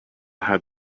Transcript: had